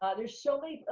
ah there's so many,